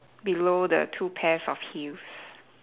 below the two pairs of heels